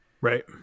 right